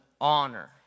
honor